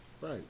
Right